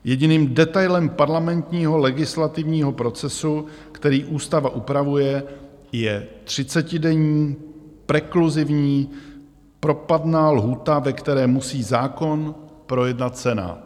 Jediným detailem parlamentního legislativního procesu, který ústava upravuje, je třicetidenní prekluzivní propadná lhůta, ve které musí zákon projednat Senát.